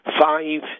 Five